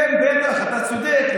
כן, בטח, אתה צודק.